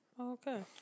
Okay